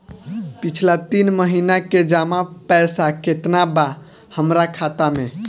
पिछला तीन महीना के जमा पैसा केतना बा हमरा खाता मे?